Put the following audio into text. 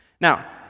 now